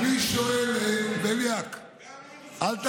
אתה שם קבוצה, דוס.